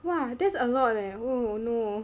!wah! that's a lot leh oh no